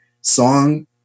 song